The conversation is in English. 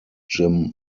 jim